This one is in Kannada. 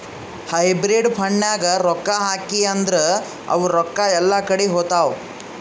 ಹೈಬ್ರಿಡ್ ಫಂಡ್ನಾಗ್ ರೊಕ್ಕಾ ಹಾಕಿ ಅಂದುರ್ ಅವು ರೊಕ್ಕಾ ಎಲ್ಲಾ ಕಡಿ ಹೋತ್ತಾವ್